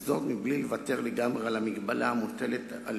וזאת מבלי לוותר לגמרי על המגבלה המוטלת על